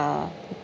uh